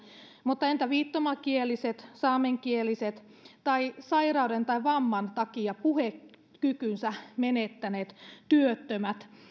mutta entä viittomakieliset saamenkieliset tai sairauden tai vamman takia puhekykynsä menettäneet työttömät